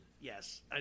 Yes